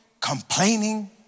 complaining